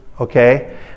okay